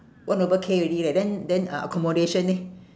one over K already right then then uh accommodation leh